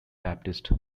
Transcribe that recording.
baptist